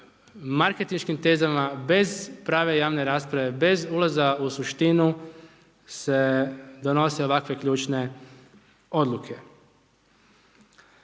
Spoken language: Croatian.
marketinškim tezama bez prave javne rasprave, bez ulaza u suštinu se donose ovakve ključne odluke.